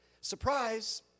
Surprise